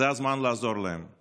זה הזמן לעזור להם.